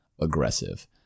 aggressive